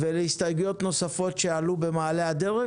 ולהסתייגויות נוספות שעלו במעלה הדרך,